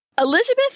Elizabeth